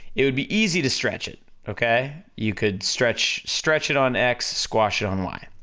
it would be easy to stretch it, okay, you could stretch, stretch it on x, squash it on y,